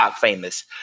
famous